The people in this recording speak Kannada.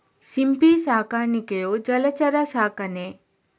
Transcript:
ಸಿಂಪಿ ಸಾಕಾಣಿಕೆಯು ಜಲಚರ ಸಾಕಣೆ